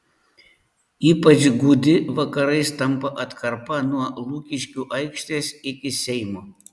ypač gūdi vakarais tampa atkarpa nuo lukiškių aikštės iki seimo